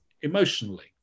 emotionally